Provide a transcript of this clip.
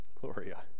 Gloria